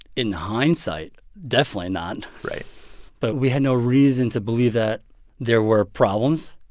in hindsight, definitely not right but we had no reason to believe that there were problems.